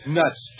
nuts